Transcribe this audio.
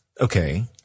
Okay